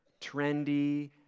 trendy